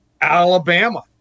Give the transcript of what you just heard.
Alabama